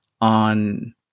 on